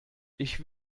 ich